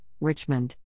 Richmond